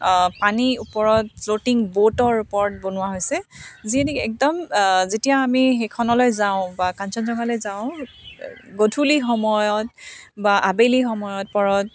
পানী ওপৰত ফ্ল'টিং ব'টৰ ওপৰত বনোৱা হৈছে যি নেকি একদম যেতিয়া আমি সেইখনলৈ যাওঁ বা কাঞ্চনজংঘালৈ যাওঁ গধূলি সময়ত বা আবেলি সময়ত পৰত